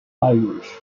irish